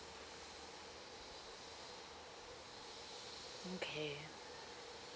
okay